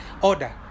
order